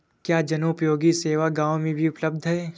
क्या जनोपयोगी सेवा गाँव में भी उपलब्ध है?